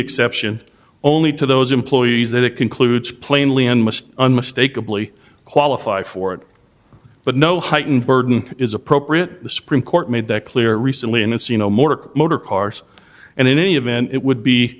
exception only to those employees that it concludes plainly and must unmistakably qualify for it but no heightened burden is appropriate the supreme court made that clear recently in a so you know more motor cars and in any event it would be